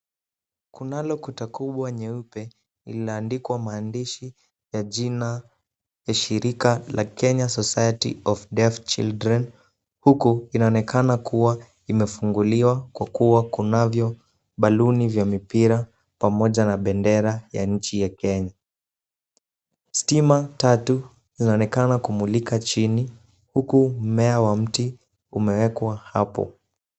Kunalo kuta kubwa nyeupe lililoandikwa maandishi ya jina shirika la Kenya society of deaf children huku inaonekana kuwa imefunguliwa kwa kuwa kunavyo baluni vya mipira pamoja na bendera ya nchi ya Kenya. Stima tatu zinaonekana kumulika chini huku mmea wa mti umewekwa hapo.